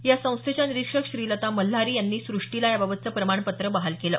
या संस्थेच्या निरीक्षक श्रीलता मल्हारी यांनी सुष्टीला याबाबतचं प्रमाणपत्र बहाल केलं